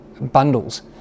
bundles